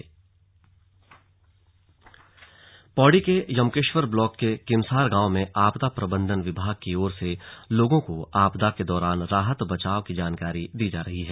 slug आपदा प्रशिक्षण पौड़ी के यमकेश्वर ब्लॉक के किमसार गांव में आपदा प्रबंधन विभाग की ओर से लोगों को आपदा के दौरान राहत बचाव की जानकारी दी जा रही है